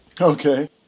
okay